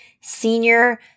senior